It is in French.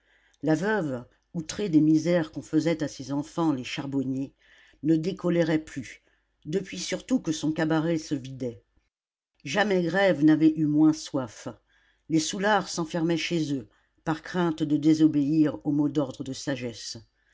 la veuve outrée des misères qu'on faisait à ses enfants les charbonniers ne décolérait plus depuis surtout que son cabaret se vidait jamais grève n'avait eu moins soif les soûlards s'enfermaient chez eux par crainte de désobéir au mot d'ordre de sagesse